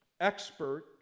expert